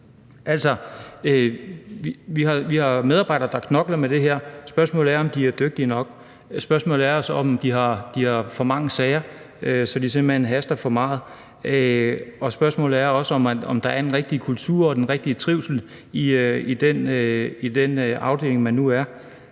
Vi har medarbejdere, der knokler med det her. Spørgsmålet er, om de er dygtige nok, og om de har for mange sager, så de simpelt hen for ofte haster dem igennem. Spørgsmålet er også, om der er den rigtige kultur og den rigtige trivsel i den afdeling, hvor man nu er.